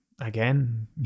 again